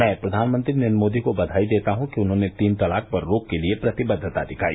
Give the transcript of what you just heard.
मैं प्रधानमंत्री नरेन्द्र मोदी को बधाई देता हूँ कि उन्होंने तीन तलाक पर रोक के लिए प्रतिबद्वता दिखाई